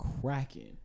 cracking